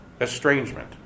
estrangement